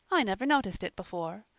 i never noticed it before.